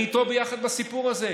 אני איתו ביחד בסיפור הזה.